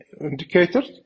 indicators